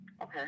Okay